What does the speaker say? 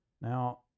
Now